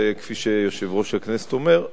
וכפי שיושב-ראש הכנסת אומר,